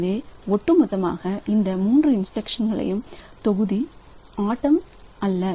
எனவே ஒட்டுமொத்தமாக இந்த மூன்று இன்ஸ்டிரக்ஷன் தொகுதி ஆட்டம் அல்ல